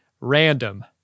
random